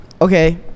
Okay